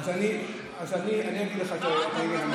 אז אני אגיד לך בעניין הזה.